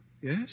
yes